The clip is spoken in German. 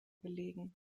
belegen